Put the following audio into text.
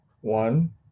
One